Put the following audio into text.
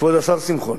כבוד השר שמחון,